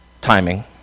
timing